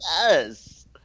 Yes